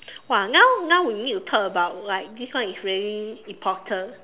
!wah! now now we need to talk about like this one is really important